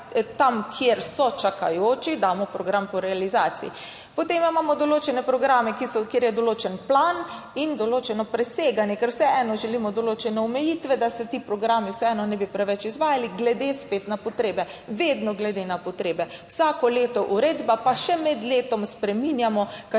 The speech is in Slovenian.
tam, kjer so čakajoči, damo program po realizaciji. Potem imamo določene programe, ki so, kjer je določen plan in določeno preseganje, ker vseeno želimo določene omejitve, da se ti programi vseeno ne bi preveč izvajali, glede spet na potrebe, vedno glede na potrebe vsako leto uredba, pa še med letom spreminjamo,